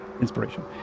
inspiration